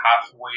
halfway